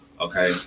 okay